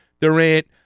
Durant